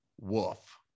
Woof